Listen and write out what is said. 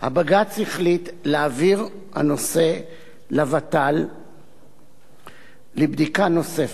בג"ץ החליט להעביר את הנושא לוות"ל לבדיקה נוספת.